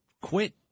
quit